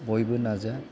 बयबो नाजा